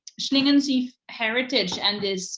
schlingensief heritage and his